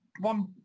one